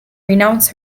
renounce